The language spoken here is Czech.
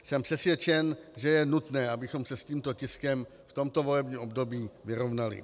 Jsem přesvědčen, že je nutné, abychom se s tímto tiskem v tomto volebním období vyrovnali.